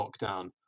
lockdown